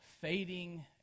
fading